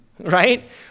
right